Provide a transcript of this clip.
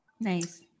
Nice